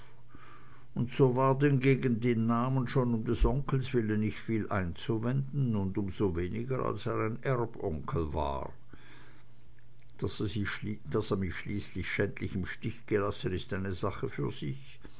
und so war denn gegen den namen schon um des onkels willen nicht viel einzuwenden und um so weniger als er ein erbonkel war daß er mich schließlich schändlich im stich gelassen ist eine sache für sich